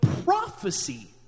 prophecy